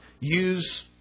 use